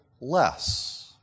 less